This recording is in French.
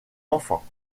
enfants